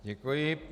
Děkuji.